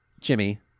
Jimmy